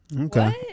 Okay